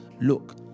Look